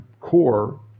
core